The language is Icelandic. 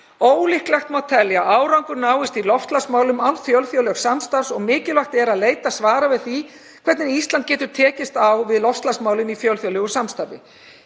Ólíklegt má telja að árangur náist í loftslagsmálum án fjölþjóðlegs samstarfs og mikilvægt að leita svara við því hvernig Ísland getur tekist á við loftslagsmálin í fjölþjóðlegu samstarfi.